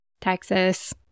Texas